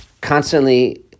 constantly